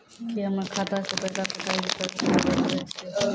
की हम्मय खाता से पैसा कटाई के कर्ज चुकाबै पारे छियै?